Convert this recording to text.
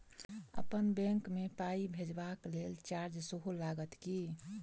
अप्पन बैंक मे पाई भेजबाक लेल चार्ज सेहो लागत की?